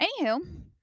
Anywho